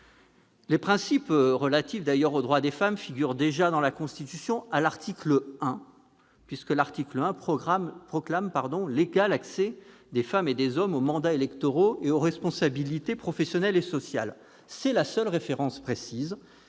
Les principes relatifs aux droits des femmes figurent dans la Constitution, à l'article 1, qui proclame l'égal accès des femmes et des hommes aux mandats électoraux et aux responsabilités professionnelles et sociales. C'est la seule référence précise,